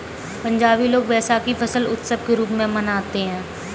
पंजाबी लोग वैशाखी फसल उत्सव के रूप में मनाते हैं